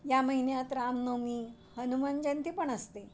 या महिन्यात रामनवमी हनुमान जयंती पण असते